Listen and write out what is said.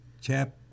chapter